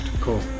cool